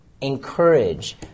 encourage